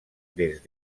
des